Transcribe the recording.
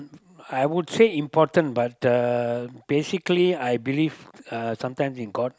I would say important but uh basically I believe uh sometimes in god